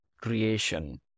creation